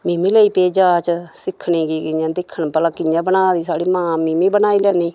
मिमी लेई पेई जाच सिक्खने गी कि'यां दिक्खन भला कि'यां बना दी साढ़ी मां में मी बनाई लैनी